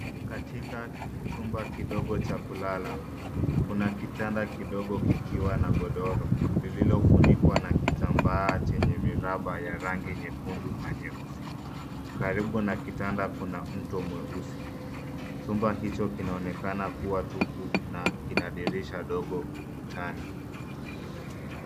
Katika chumba kidogo cha kulala, kuna kitanda kidogo kikiwa na godoro, lililo funikuwa na kitambaa chenye miraba ya rangi nyekundu na nyeusi. Karibu na kitanda kuna mto mueusi, chumba hicho kinaonekana kuwa tupu na kina dirisha dogo ukutani.